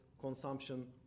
consumption